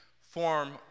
form